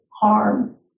harm